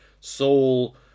soul